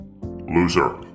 Loser